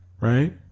Right